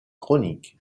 chronique